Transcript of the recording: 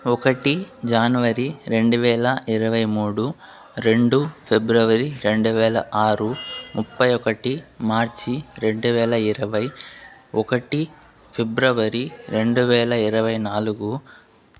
ఒకటి జాన్వరి రెండు వేల ఇరవై మూడు రెండు ఫిబ్రవరి రెండు వేల ఆరు ముప్పై ఒకటి మార్చి రెండు వేల ఇరవై ఒకటి ఫిబ్రవరి రెండు వేల ఇరవై నాలుగు